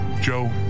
Joe